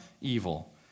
evil